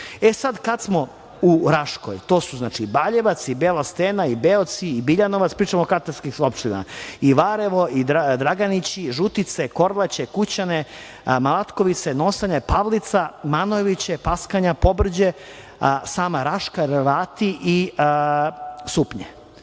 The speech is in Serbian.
sad, kad smo u Raškoj, to su Baljevac, Bela Stena i Beoci, i Biljanovac, pričamo o katastarskim opštinama, i Varevo, i Draganići, Žutice, Korvaće, Kućane, Matkovice, Nosane, Povlica, Manoviće, Paskanja, Pobrđe, sama Raška, Revati i Supnje.